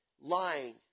lying